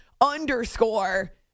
underscore